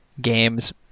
games